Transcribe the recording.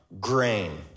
grain